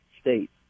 states